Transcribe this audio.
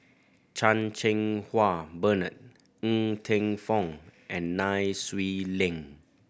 Chan Cheng Wah Bernard Ng Teng Fong and Nai Swee Leng